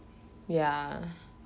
ya